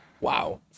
Wow